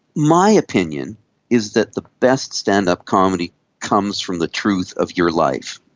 my opinion is that the best stand-up comedy comes from the truth of your life.